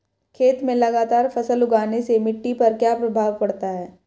खेत में लगातार फसल उगाने से मिट्टी पर क्या प्रभाव पड़ता है?